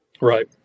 Right